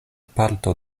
parto